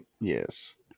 yes